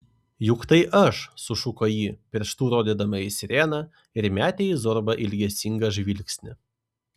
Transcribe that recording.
juk tai aš sušuko ji pirštu rodydama į sireną ir metė į zorbą ilgesingą žvilgsnį